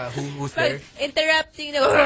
Interrupting